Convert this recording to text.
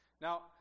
Now